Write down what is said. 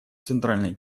центральной